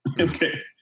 Okay